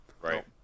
Right